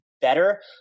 better